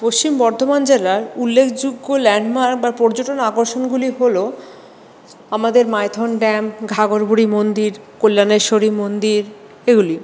পশ্চিম বর্ধমান জেলার উল্লেখযোগ্য ল্যান্ডমার্ক বা পর্যটন আকর্ষণগুলি হল আমাদের মাইথন ড্যাম ঘাগরবুড়ি মন্দির কল্যাণেশ্বরী মন্দির এগুলি